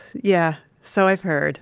yeah. so, i've heard